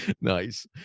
Nice